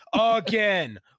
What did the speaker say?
Again